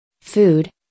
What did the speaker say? Food